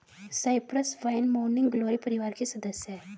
Cyprus vine morning glory परिवार की सदस्य हैं